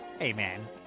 Amen